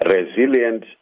Resilient